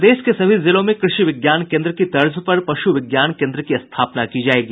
प्रदेश के सभी जिलों में कृषि विज्ञान केन्द्र की तर्ज पर पशु विज्ञान केन्द्र की स्थापना की जायेगी